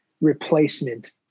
replacement